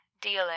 dealing